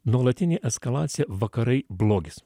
nuolatinė eskalacija vakarai blogis